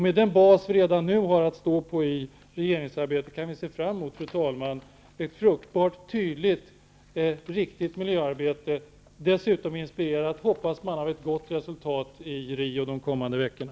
Med den bas vi redan nu har att stå på i regeringsarbetet, kan vi se fram mot ett fruktbart, tydligt och riktigt miljöarbete, dessutom förhoppningsvis inspirerat av ett gott resultat i Rio under de kommande veckorna.